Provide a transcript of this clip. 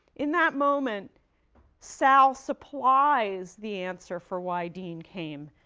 in that moment sal supplies the answer for why dean came,